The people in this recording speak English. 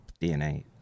DNA